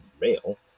male